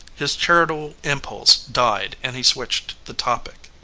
his charitable impulse died and he switched the topic.